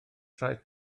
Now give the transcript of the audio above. traeth